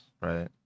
right